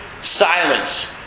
silence